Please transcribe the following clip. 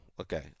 okay